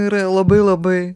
yra labai labai